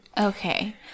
Okay